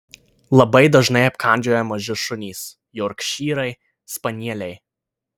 labai dažnai apkandžioja maži šunys jorkšyrai spanieliai